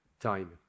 time